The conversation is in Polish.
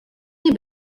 nie